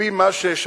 על-פי מה ששמעתי,